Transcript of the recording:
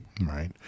right